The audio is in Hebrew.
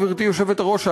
גברתי היושבת-ראש,